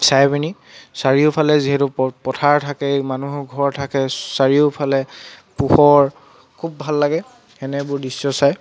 চাই পিনি চাৰিওফালে যিহেতু প পথাৰ থাকে মানুহৰ ঘৰ থাকে চাৰিওফালে পোহৰ খুব ভাল লাগে সেনেবোৰ দৃশ্য চাই